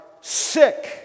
sick